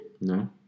No